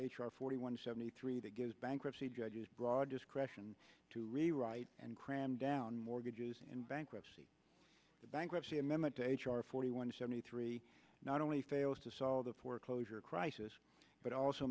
r forty one seventy three that gives bankruptcy judges broad discretion to rewrite and cram down mortgages in bankruptcy the bankruptcy amendment to h r forty one seventy three not only fails to solve the foreclosure crisis but also